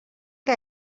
que